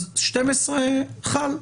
אז 12 חל.